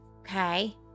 Okay